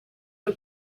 who